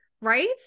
right